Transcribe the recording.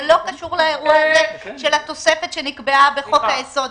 זה לא קשור לאירוע של התוספת שנקבעה בחוק-היסוד.